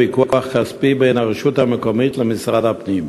עקב ויכוח כספי בין הרשות המקומית למשרד הפנים.